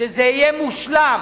שזה יהיה מושלם,